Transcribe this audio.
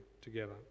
together